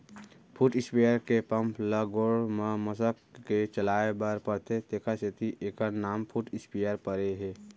foot sprayer के pump ल गोड़ म मसक के चलाए बर परथे तेकर सेती एकर नांव फुट स्पेयर परे हे